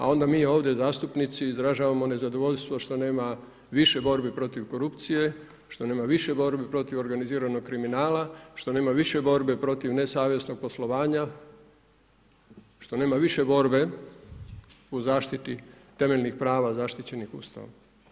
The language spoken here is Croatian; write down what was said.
A onda mi ovdje zastupnici izražavamo nezadovoljstvo što nema više borbi protiv korupcije, što nema više borbi protiv organiziranog kriminala, što nema više borbe protiv nesavjesnog poslovanja, što nema više borbe u zaštiti temeljnih prva zaštićenih Ustavom.